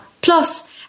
plus